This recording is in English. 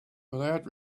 without